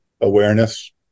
awareness